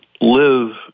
live